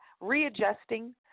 readjusting